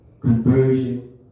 Conversion